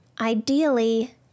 ideally